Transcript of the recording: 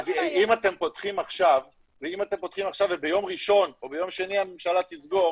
אז אם אתם פותחים עכשיו וביום ראשון או ביום שני הממשלה תסגור